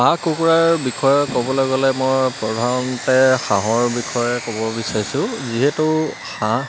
হাঁহ কুকুৰাৰ বিষয়ে ক'বলৈ গ'লে মই প্ৰধানতে হাঁহৰ বিষয়ে ক'ব বিচাৰিছোঁ যিহেতু হাঁহ